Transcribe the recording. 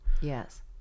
Yes